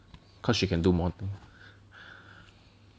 cause she can do more things